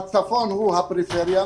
הצפון הוא הפריפריה,